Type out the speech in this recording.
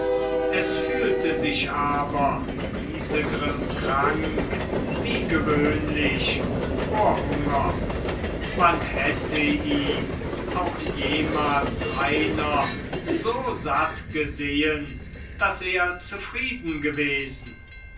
es fühlte sich aber isegrim krank wie gewöhnlich vor hunger wann hätt ihn auch jemals einer so satt gesehen daß er zufrieden gewesen